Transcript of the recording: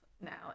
now